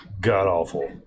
god-awful